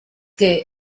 que